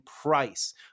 price